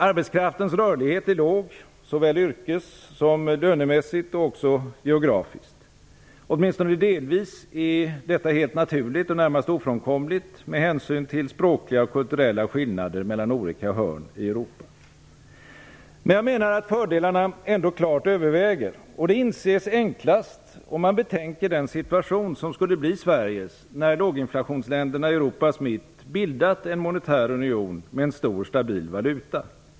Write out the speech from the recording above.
Arbetskraftens rörlighet är låg, såväl yrkes som lönemässigt och också geografiskt. Åtminstone delvis är detta helt naturligt och nästan ofrånkomligt med hänsyn till språkliga och kulturella skillnader mellan olika hörn av Europa. Jag menar att fördelarna ändå klart överväger. Det inses enklast om man betänker den situation som skulle bli Sveriges när låginflationsländerna i Europas mitt bildat en monetär union med en stor och stabil valuta.